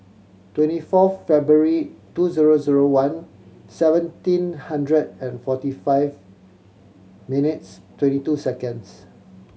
twenty four February two zero zero one seventeen hundred and forty five minutes twenty two seconds